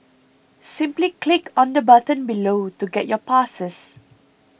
simply click on the button below to get your passes